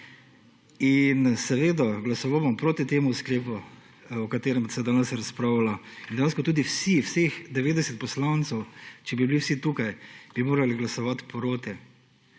Glasoval bom proti temu sklepu, o katerem se danes razpravlja. In tudi vseh 90 poslancev, če bi bili vsi tukaj, bi moralo glasovati proti.